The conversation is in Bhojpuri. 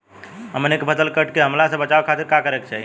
हमनी के फसल के कीट के हमला से बचावे खातिर का करे के चाहीं?